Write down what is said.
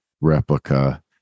replica